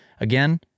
Again